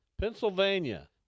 Pennsylvania